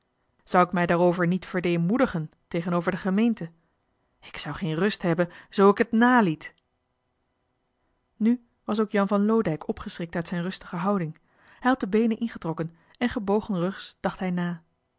zou ik mij daarover niet verdeemoedigen tegenover de gemeente ik zou geen rust hebben zoo ik het naliet nu was ook jan van loodijck opgeschrikt uit zijn rustige houding hij had de beenen ingetrokken en gebogenrugs dacht hij na